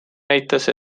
näitas